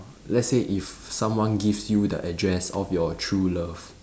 let's say if someone gives you the address of your true love